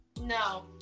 No